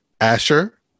Asher